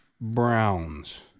Browns